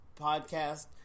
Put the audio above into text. podcast